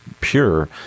pure